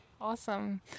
Awesome